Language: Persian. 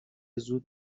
زود